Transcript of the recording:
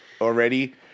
already